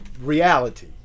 reality